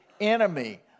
enemy